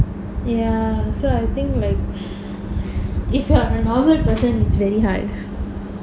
ya so I think like if you are a normal person is very hard